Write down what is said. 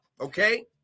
okay